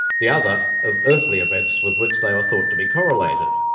the other of earthly events with which they were thought to be correlated.